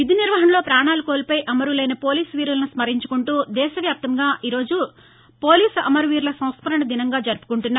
విధినిర్వహణలో ప్రాణాలు కోల్పోయి అమరులైన పోలీసు వీరులను స్మరించుకుంటూ దేశవ్యాప్తంగా ఈ రోజు పోలీసు అమరవీరుల సంస్కరణ దినంగా జరుపుకుంటున్నారు